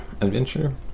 adventure